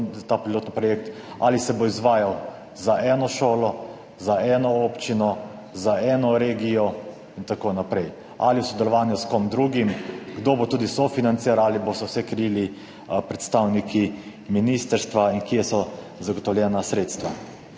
ta pilotni projekt, ali se bo izvajal za eno šolo, za eno občino, za eno regijo in tako naprej, ali v sodelovanju s kom drugim, kdo bo tudi sofinancer, ali boste vse krili predstavniki ministrstva in kje so zagotovljena sredstva.